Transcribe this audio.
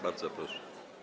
Bardzo proszę.